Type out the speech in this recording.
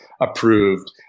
approved